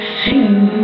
see